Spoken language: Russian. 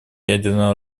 ядерное